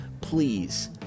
Please